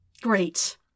great